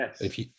yes